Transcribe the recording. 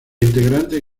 integrante